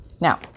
Now